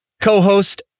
co-host